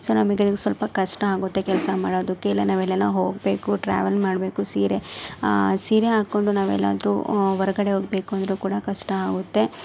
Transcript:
so ನಮಗೆ ಸ್ವಲ್ಪ ಕಷ್ಟ ಆಗುತ್ತೆ ಕೆಲಸ ಮಾಡೋದಕ್ಕೆ ಇಲ್ಲ ನಾವು ಎಲ್ಲನ ಹೋಗಬೇಕು ಟ್ರಾವೆಲ್ ಮಾಡಬೇಕು ಸೀರೆ ಸೀರೆ ಹಾಕ್ಕೊಂಡು ನಾವೆಲ್ಲಾದರೂ ಹೊರ್ಗಡೆ ಹೋಗ್ಬೇಕು ಅಂದರೂ ಕೂಡ ಕಷ್ಟ ಆಗುತ್ತೆ